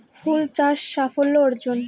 ফুল চাষ সাফল্য অর্জন?